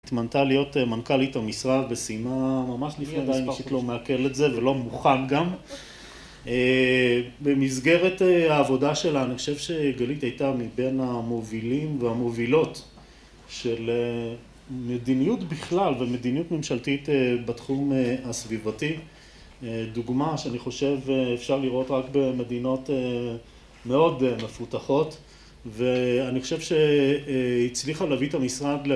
‫התמנתה להיות מנכ"לית המשרד ‫וסיימה ממש לפני... אני פשוט לא מעכל את זה ‫ולא מוכן גם. ‫במסגרת העבודה שלה, ‫אני חושב שגלית הייתה ‫מבין המובילים והמובילות ‫של מדיניות בכלל ‫ומדיניות ממשלתית ‫בתחום הסביבתי. ‫דוגמה שאני חושב אפשר לראות ‫רק במדינות מאוד מפותחות, ‫ואני חושב שהיא הצליחה ‫להביא את המשרד